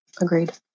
Agreed